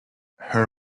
her